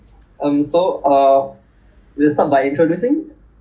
Ban Hengs is my real name no lah my real name is Chun Hong